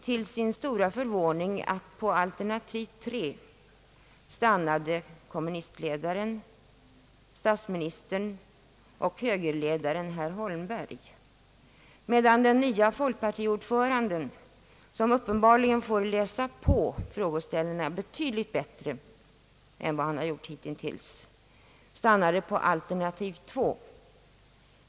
Till sin stora förvåning märkte man att för alternativ 3 stannade kommunistledaren, statsministern och högerledaren herr Holmberg, medan den nye folkpartiordföranden, som uppenbarligen får läsa på frågeställningarna betydligt bättre än hittills, stannade för alternativ 2.